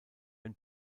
ein